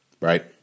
Right